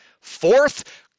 Fourth